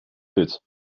put